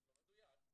לא מדויק.